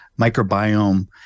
microbiome